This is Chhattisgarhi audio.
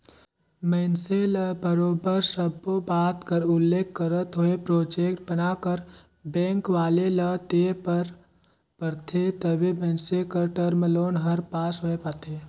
मइनसे ल बरोबर सब्बो बात कर उल्लेख करत होय प्रोजेक्ट बनाकर बेंक वाले ल देय बर परथे तबे मइनसे कर टर्म लोन हर पास होए पाथे